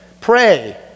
pray